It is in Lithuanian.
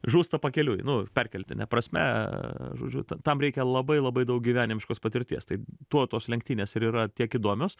žūsta pakeliui nu perkeltine prasme žodžiu tam reikia labai labai daug gyvenimiškos patirties tai tuo tos lenktynės ir yra tiek įdomios